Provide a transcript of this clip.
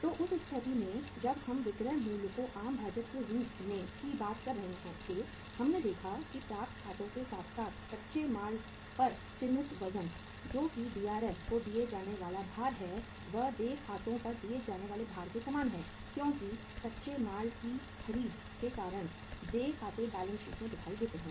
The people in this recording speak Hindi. तो उस स्थिति में जब हम विक्रय मूल्य को आम भाजक के रूप में की बात कर रहे थे हमने देखा था कि प्राप्त खातों के साथ साथ कच्चे माल पर चिंतित वजन जो कि DRM को दिया जाने वाला भार है वह देय खातों पर दिए जाने वाले भार के समान है क्योंकि कच्चे माल की खरीद के कारण देय खाते बैलेंस शीट में दिखाई देते हैं